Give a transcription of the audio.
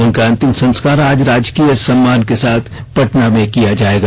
उनका अंतिम संस्कार आज राजकीय सम्मान के साथ पटना में किया जाएगा